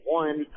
one